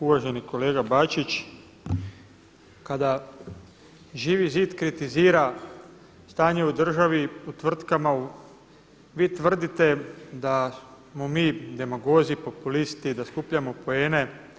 Uvaženi kolega Bačić, kada Živi zid kritizira stanje u državi u tvrtkama vi tvrdite da smo mi demagozi, populisti, da skupljamo poene.